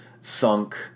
sunk